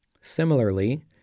Similarly